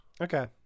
Okay